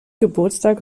geburtstag